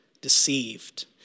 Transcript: deceived